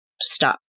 stop